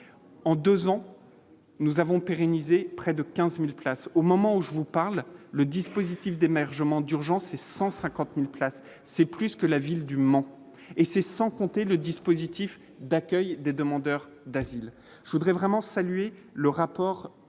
en 2 ans nous avons pérennisé, près de 15000 places au moment où je vous parle, le dispositif d'émergents d'urgence et 150000 places, c'est plus que la ville du Mans et c'est sans compter le dispositif d'accueil des demandeurs d'asile, je voudrais vraiment saluer le rapport